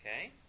Okay